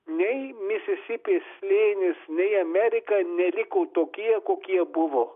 nei misisipės slėnis nei amerika neliko tokie kokie buvo